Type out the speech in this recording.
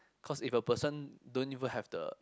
cause if a person don't even have the